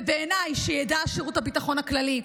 ובעיניי, שידע שירות הביטחון הכללי,